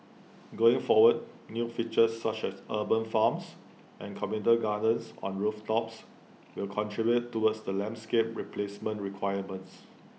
going forward new features such as urban farms and communal gardens on rooftops will contribute towards the landscape replacement requirements